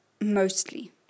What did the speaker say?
Mostly